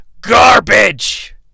garbage